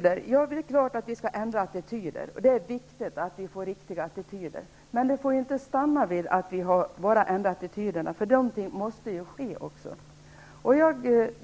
Det är klart att vi skall ändra på attityder, och det är viktigt att vi får riktiga attityder. Men det får inte stanna vid att vi bara ändrar attityderna, utan något måste också ske.